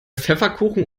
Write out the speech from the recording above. pfefferkuchen